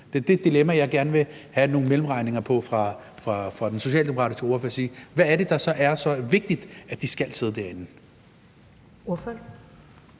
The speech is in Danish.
det dilemma, jeg gerne vil have nogle mellemregninger på fra den socialdemokratiske ordførers side. Hvad er det, der er så vigtigt, at de skal sidde derinde? Kl.